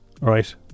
Right